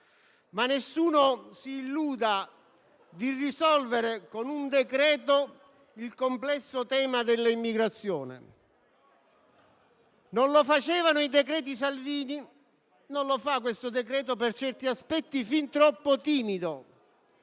dicevo - si illuda però di risolvere con un decreto il complesso tema dell'immigrazione. Non lo facevano i decreti Salvini, non lo fa questo decreto per certi aspetti fin troppo timido.